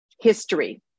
history